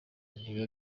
ntibiba